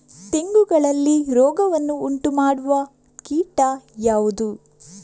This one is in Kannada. ತೆಂಗುಗಳಲ್ಲಿ ರೋಗವನ್ನು ಉಂಟುಮಾಡುವ ಕೀಟ ಯಾವುದು?